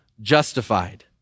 justified